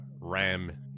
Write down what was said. ram